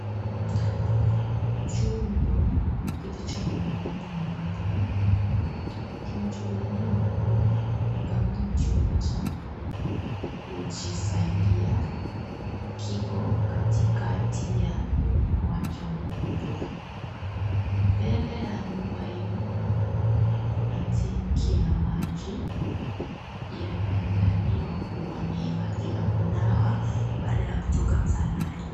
Chumba kilicho na milango miwili, kinachodhaniwa kuwa ni kama ni chumba cha kujisaiadia, kiko kati kati ya uwanja mkubwa. Mbele ya nyumba hiyo, kuna tenki ya maji yanayodhaniwa kuwa ni maji ya kunawa baada ya kutoka msalani.